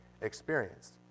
experienced